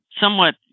Somewhat